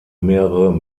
mehrere